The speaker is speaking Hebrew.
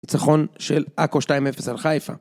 ניצחון של עכו 2-0 על חיפה